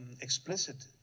explicit